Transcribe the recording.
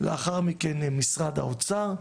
לאחר מכן משרד האוצר,